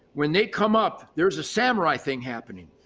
when they come up, there's a samurai thing happening.